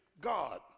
God